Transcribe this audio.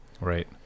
Right